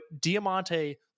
Diamante